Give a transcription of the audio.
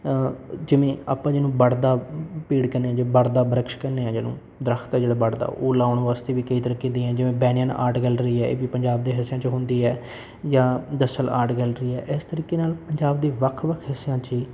ਜਿਵੇਂ ਆਪਾਂ ਜਿਹਨੂੰ ਬੜ੍ਹ ਦਾ ਪੇੜ ਕਹਿੰਦੇ ਹਾਂ ਜੇ ਬੜ੍ਹ ਦਾ ਬਰਕਸ਼ ਕਹਿੰਦੇ ਹਾਂ ਜਿਹਨੂੰ ਉਹ ਦਰਖ਼ਤ ਹੈ ਜਿਹੜਾ ਬੜ੍ਹਦਾ ਉਹ ਲਗਾਉਣ ਵਾਸਤੇ ਵੀ ਕਈ ਤਰੀਕੇ ਦੀਆਂ ਜਿਵੇਂ ਬੈਨੀਅਨ ਆਰਟ ਗੈਲਰੀ ਹੈ ਇਹ ਵੀ ਪੰਜਾਬ ਦੇ ਹਿੱਸਿਆਂ 'ਚ ਹੁੰਦੀ ਹੈ ਜਾਂ ਜੱਸਲ ਆਰਟ ਗੈਲਰੀ ਹੈ ਇਸ ਤਰੀਕੇ ਨਾਲ ਪੰਜਾਬ ਦੇ ਵੱਖ ਵੱਖ ਹਿੱਸਿਆਂ 'ਚ ਹੀ